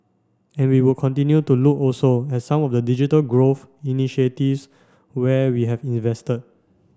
and we would continue to look also at some of the digital growth initiatives where we have invested